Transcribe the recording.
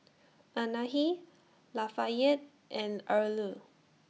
Anahi Lafayette and Erle